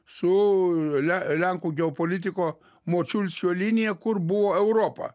su le lenkų geopolitikų močiulskio linija kur buvo europa